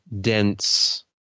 dense